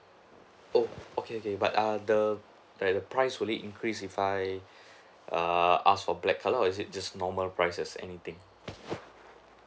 oh okay okay but err the like the price would it increase if I err ask for black colour or is it just normal price as anything